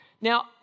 Now